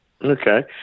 Okay